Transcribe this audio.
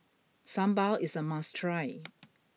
Sambar is a must try